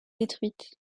détruite